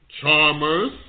Charmers